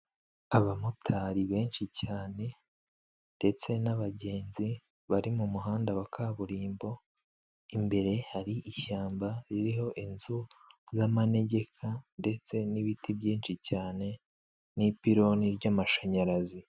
aAbamotari benshi cyane ndetse n'abagenzi bari mu muhanda wa kaburimbo imbere hari ishyamba ririho inzu z'amanegeka ndetse n'ibiti byinshi cyane n'ipironi ry'amashanyarazi.